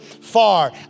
far